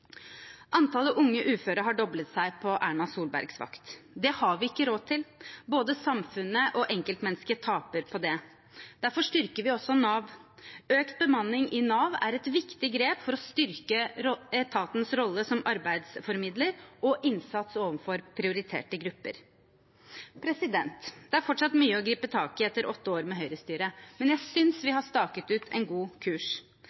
Antallet unge uføre har doblet seg på Erna Solbergs vakt. Det har vi ikke råd til. Både samfunnet og enkeltmennesket taper på det. Derfor styrker vi også Nav. Økt bemanning i Nav er et viktig grep for å styrke etatens rolle som arbeidsformidler og dens innsats overfor prioriterte grupper. Det er fortsatt mye å gripe tak i etter åtte år med høyrestyre, men jeg synes vi har staket ut en god kurs.